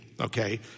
Okay